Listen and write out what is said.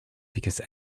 because